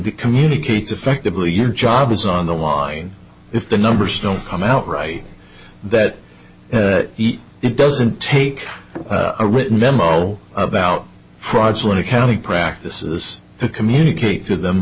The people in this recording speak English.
the communicate effectively your job is on the line if the numbers don't come out right that it doesn't take a written memo about fraudulent accounting practices to communicate to them